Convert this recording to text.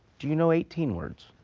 do you know eighteen words?